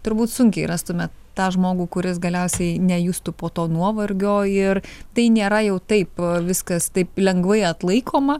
turbūt sunkiai rastume tą žmogų kuris galiausiai nejustų po to nuovargio ir tai nėra jau taip viskas taip lengvai atlaikoma